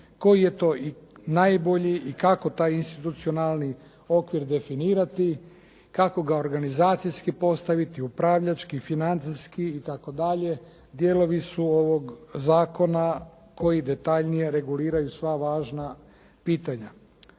koji je to najbolji i kako taj institucionalni okvir definirati, kako ga organizacijski postaviti, upravljački, financijski i tako dalje dijelovi su ovog zakona koji detaljnije reguliraju sva važna pitanja.